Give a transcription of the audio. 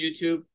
YouTube